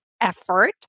effort